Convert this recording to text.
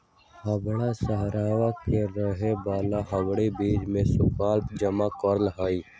हवाड़ा शहरवा के रहे वाला हावड़ा ब्रिज के शुल्क जमा करा हई